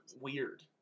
weird